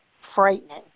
frightening